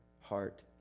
heart